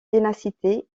ténacité